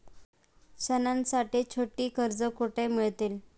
सणांसाठी छोटी कर्जे कुठे मिळतील?